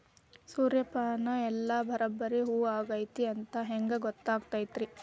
ಸೂರ್ಯಪಾನ ಎಲ್ಲ ಬರಬ್ಬರಿ ಹೂ ಆಗೈತಿ ಅಂತ ಹೆಂಗ್ ಗೊತ್ತಾಗತೈತ್ರಿ?